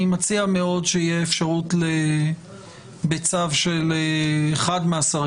אני מציע שתהיה אפשרות בצו של אחד מהשרים